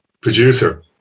producer